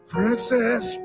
Princess